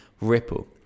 Ripple